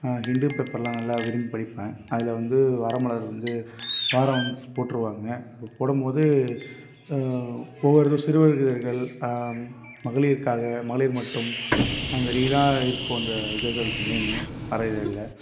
ஹிண்டு பேப்பர்லாம் நல்லா விரும்பிப் படிப்பேன் அதில் வந்து வாரமலர் வந்து வாரம் ஒன்ஸ் போட்டிருவாங்க அது போடும் போது ஒவ்வொரு இது சிறுவர்கள் மகளிர்க்காக மகளிர் மட்டும் அதுமாதிரிலாம் இருக்கும் அந்த இதழ்கள் நேம்மு வார இதழ்ல